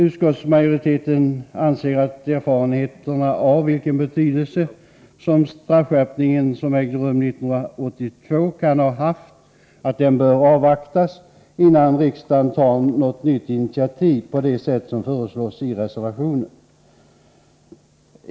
Utskottets majoritet anser att erfarenheterna av vilken betydelse den straffskärpning som ägde rum 1982 kan ha haft bör avvaktas innan riksdagen tar något nytt initiativ på det sätt som föreslås i reservationen.